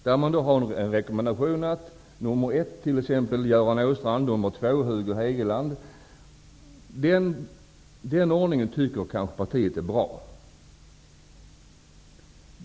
På listorna rekommenderas exempelvis Göran Åstrand som nummer 1 och Hugo Hegeland som nummer 2. Den ordningen tycker kanske partiet är bra.